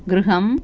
गृहम्